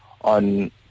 on